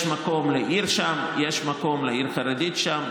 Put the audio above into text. יש מקום לעיר שם, יש מקום לעיר חרדית שם.